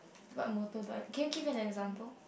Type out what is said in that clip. what motto do I can you give an example